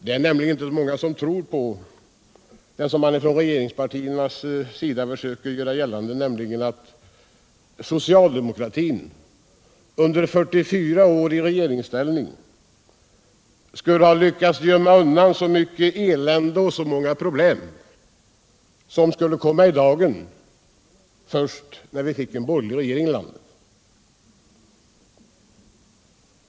Det är nämligen inte många som tror på det som regeringspartierna försökt göra gällande, nämligen att socialdemokratin under 44 år i regeringsställning skulle ha lyckats gömma undan så mycket elände och så många problem, som skulle komma i dagen först när vi fick en borgerlig regering i landet.